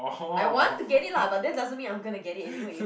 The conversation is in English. I want to get it lah but that doesn't mean I'm gonna get it anyway